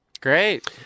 Great